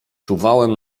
czuwałem